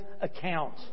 account